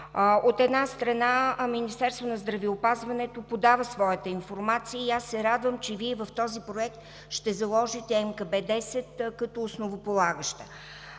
От една страна, Министерството на здравеопазването подава своята информация и аз се радвам, че Вие в този проект ще заложите МКБ-10 като основополагаща.